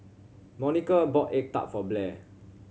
Monica bought egg tart for Blair